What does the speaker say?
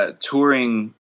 touring